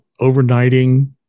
overnighting